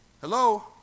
Hello